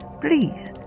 Please